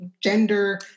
gender